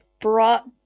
brought